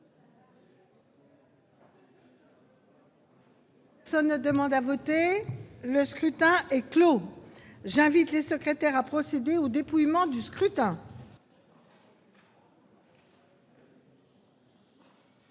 Personne ne demande plus à voter ?... Le scrutin est clos. J'invite Mmes et MM. les secrétaires à procéder au dépouillement du scrutin.